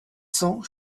cents